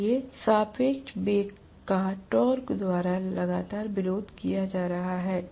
इसलिए सापेक्ष वेग का टॉर्क द्वारा लगातार विरोध किया जा रहा है